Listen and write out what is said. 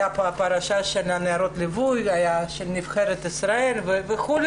הייתה את פרשת נערות הליווי של נבחרת ישראל וכו'.